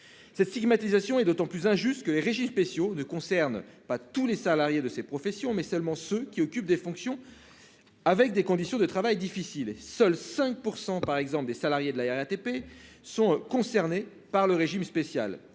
Cette stigmatisation est d'autant plus injuste que les régimes spéciaux concernent non pas l'ensemble des salariés de ces professions, mais seuls ceux qui occupent des fonctions impliquant des conditions de travail difficiles. À titre d'exemple, seuls 5 % des salariés de la RATP sont concernés par son régime spécial.